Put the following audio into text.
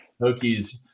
Hokies